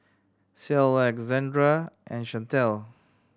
Ceil Alexandra and Shantel